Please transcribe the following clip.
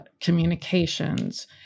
communications